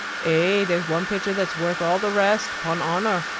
ay, there's one picture that's worth all the rest, pon honour!